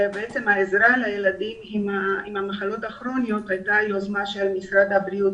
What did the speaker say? שהעזרה לילדים עם המחלות הכרוניות הייתה יוזמה של משרד הבריאות